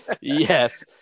Yes